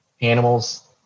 animals